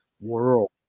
world